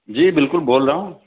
جی بالکل بول رہا ہوں